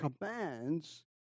commands